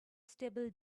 stable